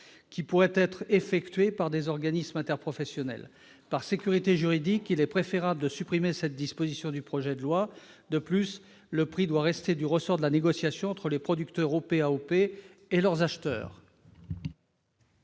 qui pourraient être effectuées par les organisations interprofessionnelles. Par sécurité juridique, il est préférable de supprimer cette disposition du projet de loi. De plus, le prix doit rester du ressort de la négociation entre les producteurs- organisation de producteurs,